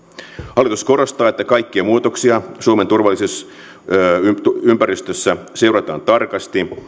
hallitus korostaa että kaikkia muutoksia suomen turvallisuusympäristössä seurataan tarkasti